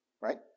right